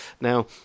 Now